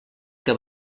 que